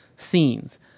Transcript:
Scenes